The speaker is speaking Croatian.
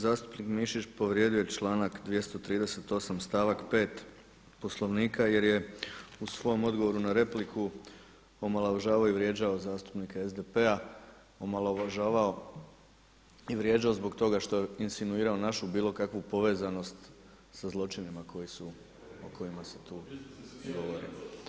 Zastupnik Mišić povrijedio je članak 238. stavak 5. Poslovnika jer je u svom odgovoru na repliku omalovažavao i vrijeđao zastupnike SDP-a, omalovažavao i vrijeđao zbog toga što je insinuirao bilo kakvu povezanost sa zločinima o kojima se tu govori.